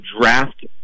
draft